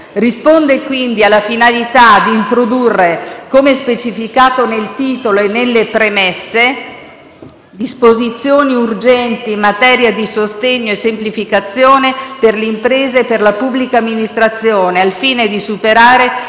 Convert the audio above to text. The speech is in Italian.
Risponde quindi alla finalità di introdurre, come specificato nel titolo e nelle premesse, «disposizioni urgenti in materia di sostegno e semplificazione per le imprese e per la pubblica amministrazione», al fine di superare